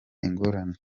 ingorane